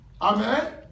Amen